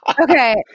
Okay